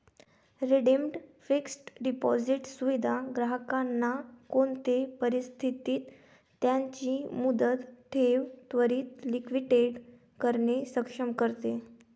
redeemed fixed deposit सुविधा ग्राहकांना कोणते परिस्थितीत त्यांची मुदत ठेव त्वरीत लिक्विडेट करणे सक्षम करते